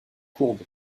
courbe